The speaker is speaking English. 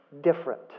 different